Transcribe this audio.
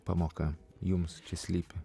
pamoka jums čia slypi